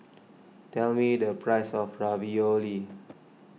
tell me the price of Ravioli